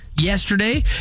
yesterday